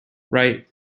right